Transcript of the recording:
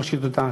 כמו שאת יודעת.